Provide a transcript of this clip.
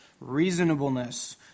reasonableness